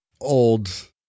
old